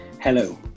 Hello